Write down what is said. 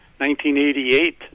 1988